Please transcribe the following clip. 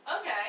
Okay